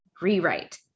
rewrite